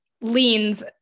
leans